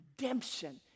redemption